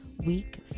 week